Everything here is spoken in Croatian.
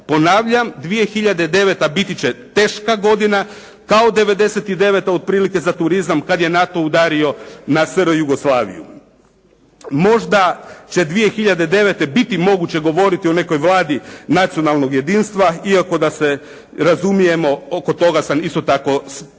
Ponavljam, 2009. biti će teška godina, kao 99. otprilike za turizam kada je NATO udario na SR Jugoslaviju. Možda će 2009. biti moguće govoriti o nekoj Vladi nacionalnog jedinstva iako da se razumijemo oko toga sam isto tako skeptik.